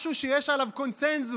זה משהו שיש עליו קונסנזוס.